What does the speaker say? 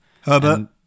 Herbert